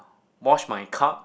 wash my cup